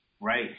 Right